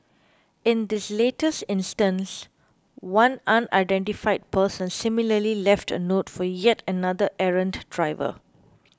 in this latest instance one unidentified person similarly left a note for yet another errant driver